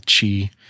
chi